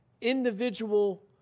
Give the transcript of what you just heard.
individual